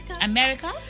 America